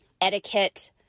etiquette